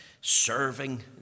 serving